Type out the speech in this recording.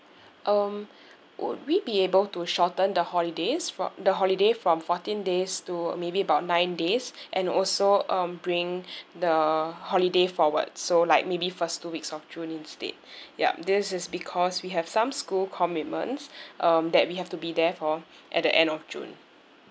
um would we be able to shorten the holidays fro~ the holiday from fourteen days to maybe about nine days and also um bring the holiday forward so like maybe first two weeks of june instead yup this is because we have some school commitments um that we have to be there for at the end of june